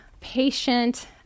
patient